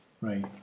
Right